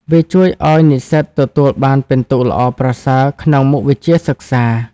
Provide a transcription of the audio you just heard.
វាជួយឱ្យនិស្សិតទទួលបានពិន្ទុល្អប្រសើរក្នុងមុខវិជ្ជាសិក្សា។